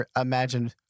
imagine